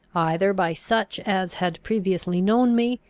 either by such as had previously known me,